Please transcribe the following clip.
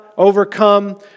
overcome